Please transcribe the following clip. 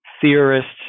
Theorists